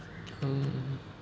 mm